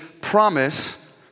promise